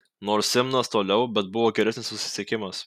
nors simnas toliau bet buvo geresnis susisiekimas